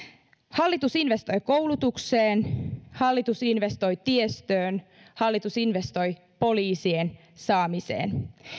hallitus investoi koulutukseen hallitus investoi tiestöön hallitus investoi poliisien saamiseen